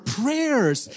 prayers